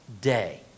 day